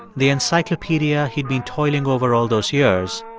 the encyclopedia he'd been toiling over all those years,